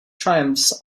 triumphs